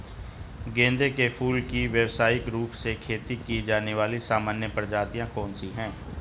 गेंदे के फूल की व्यवसायिक रूप से खेती की जाने वाली सामान्य प्रजातियां कौन सी है?